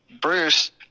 Bruce